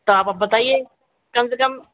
तो आप अब बताइए कम से कम